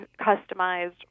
customized